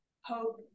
hope